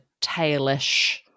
tailish